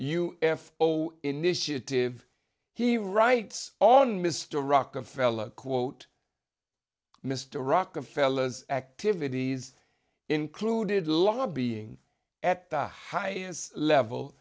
u f o initiative he writes on mr rockefeller quote mr rockefeller's activities included lobbying at the highest level